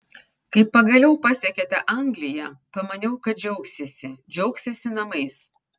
kai pagaliau pasiekėte angliją pamaniau kad džiaugsiesi džiaugsiesi namais